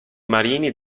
marini